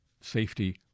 safety